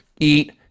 eat